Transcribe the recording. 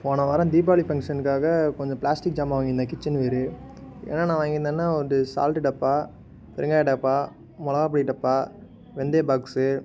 போன வாரம் தீபாவளி பங்சனுக்காக கொஞ்சம் பிளாஸ்டிக் ஜாமான் வாங்கி இருந்தேன் கிச்சன் ஒயரு என்னென்ன வாங்கி இருந்தன்னா வந்து சால்ட் டப்பா பெருங்காய டப்பா மொளகாப்பொடி டப்பா வெந்தய பாக்ஸ்சு